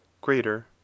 greater